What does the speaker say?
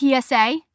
PSA